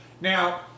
Now